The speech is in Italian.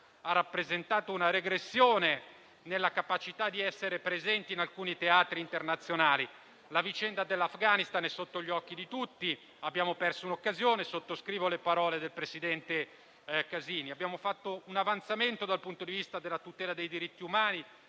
ha rappresentato una regressione nella capacità di essere presenti in alcuni teatri internazionali. La vicenda dell'Afghanistan è sotto gli occhi di tutti. Sottoscrivo le parole del presidente Casini: abbiamo perso un'occasione. Abbiamo fatto un avanzamento dal punto di vista della tutela dei diritti umani